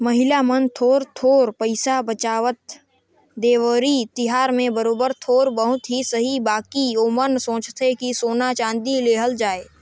महिला मन थोर थार पइसा बंचावत, देवारी तिहार में बरोबेर थोर बहुत ही सही बकि ओमन सोंचथें कि सोना चाँदी लेहल जाए